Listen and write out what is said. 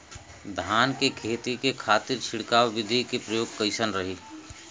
धान के खेती के खातीर छिड़काव विधी के प्रयोग कइसन रही?